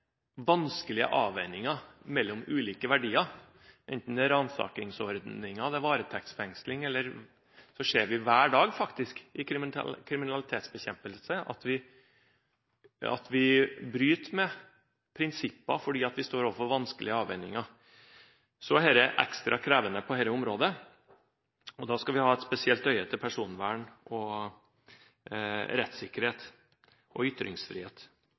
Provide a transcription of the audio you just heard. vanskelige avveininger mellom ulike verdier. Enten det er ransakingsordninger eller varetektsfengsling ser vi faktisk hver dag i kriminalitetsbekjempelse at vi bryter med prinsipper fordi vi står overfor vanskelige avveininger. Så er det ekstra krevende på dette området, og da skal vi ha et spesielt øye til personvern, rettssikkerhet og ytringsfrihet.